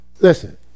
listen